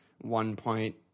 one-point